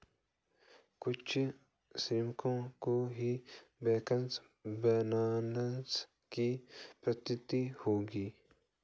कुछ श्रमिकों को ही बैंकर्स बोनस की प्राप्ति होगी